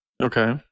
Okay